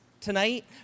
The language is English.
tonight